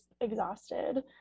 exhausted